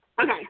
Okay